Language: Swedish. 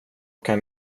kan